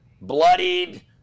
bloodied